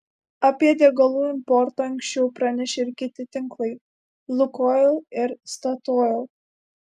apie degalų importą anksčiau pranešė ir kiti tinklai lukoil ir statoil